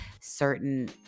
certain